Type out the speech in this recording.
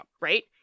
Right